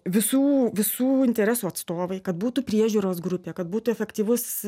visų visų interesų atstovai kad būtų priežiūros grupė kad būtų efektyvus